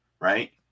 right